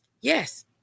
Yes